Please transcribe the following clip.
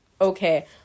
Okay